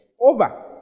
Over